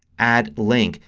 add link,